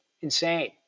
insane